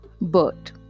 Bird